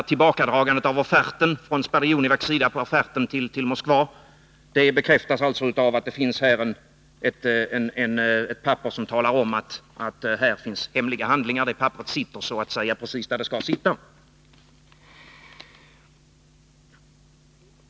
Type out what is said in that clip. Tillbakadragandet av offerten till Moskva från Sperry Univac, som jag talade om tidigare, bekräftas alltså av ett papper som talar om, att här finns hemliga handlingar. Det sitter så att säga precis där det skall sitta.